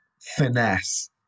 finesse